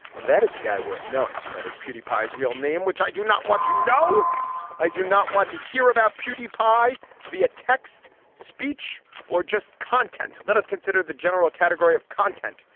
that is a guy worth knowing that his puny pies real name which i do not want to know i do not want to hear about beauty pie via text speech or just content. let us consider the general category of content.